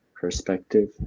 perspective